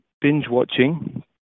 binge-watching